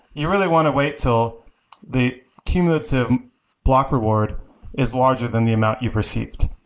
you really want to wait till the cumulative block reward is larger than the amount you've received.